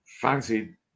fancied